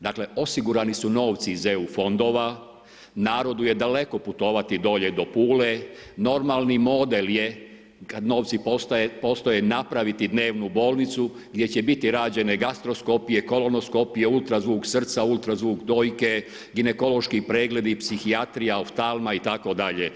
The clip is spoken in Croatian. Dakle, osigurani su novci iz EU fondova, narodu je daleko putovati dolje do Pule, normalni model je kada novci postoje, napraviti dnevnu bolnicu, gdje će biti rađene gastroskopije, kolonoskopije, ultrazvuk srca, ultrazvuk dojke, ginekološki pregledi, psihijatrija, oftalma itd.